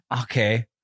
Okay